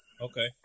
Okay